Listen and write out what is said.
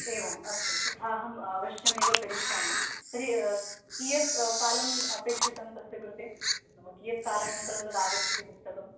एवम् अस्तु तथा अहम् अवश्यमेव करिष्यामि तर्हि कियत् कालम् अपेक्षितं तस्य कृते नाम कियत् कालानन्तरं तद् आगच्छति पुस्तकम्